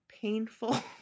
painful